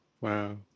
Wow